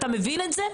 אתה מבין את זה?